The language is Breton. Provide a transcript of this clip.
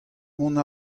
mont